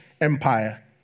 empire